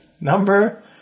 Number